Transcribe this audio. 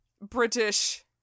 British